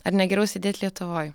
ar ne geriau sėdėt lietuvoj